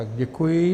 Děkuji.